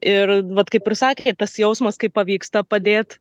ir vat kaip ir sakė tas jausmas kai pavyksta padėt